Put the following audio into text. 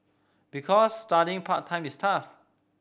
because studying part time is tough